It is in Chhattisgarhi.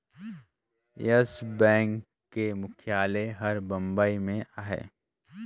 यस बेंक के मुख्यालय हर बंबई में अहे